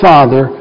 Father